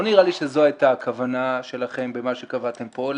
לא נראה לי שזו הייתה הכוונה שלכם במה שקבעתם פה,